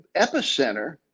Epicenter